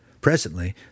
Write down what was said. Presently